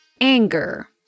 anger